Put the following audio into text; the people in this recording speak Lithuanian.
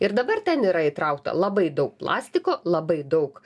ir dabar ten yra įtraukta labai daug plastiko labai daug